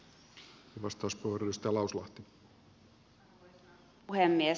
arvoisa puhemies